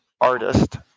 artist